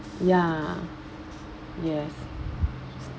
ya yes